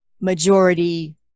majority